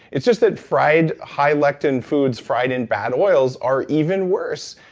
it's just that fried high lectin foods fried in bad oils are even worse.